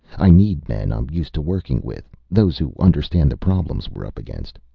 i need men i'm used to working with, those who understand the problems we're up against.